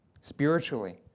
Spiritually